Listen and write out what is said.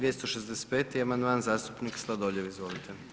265. amandman, zastupnik Sladoljev, izvolite.